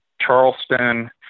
Charleston